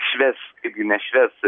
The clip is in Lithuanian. švęs kaipgi nešvęs